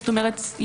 זאת אומרת,